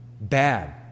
bad